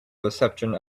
reception